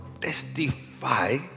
testify